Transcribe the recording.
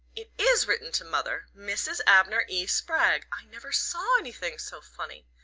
it is written to mother mrs. abner e. spragg i never saw anything so funny!